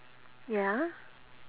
ya